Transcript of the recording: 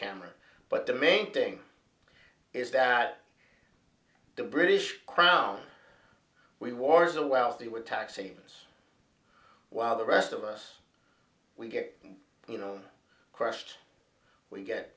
camera but the main thing is that the british crown we wars a wealthy with tax aims while the rest of us we get you know crushed we get